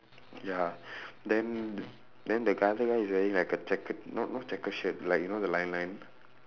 ya then then the other guy is wearing like a checkered not not checkered shirt like you know the line line